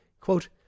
Quote